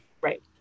Right